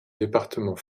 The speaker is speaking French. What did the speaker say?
département